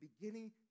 beginning